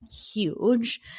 huge